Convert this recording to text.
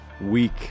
Week